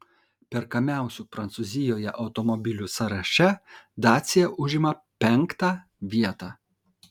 perkamiausių prancūzijoje automobilių sąraše dacia užima penktą vietą